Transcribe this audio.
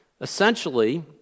Essentially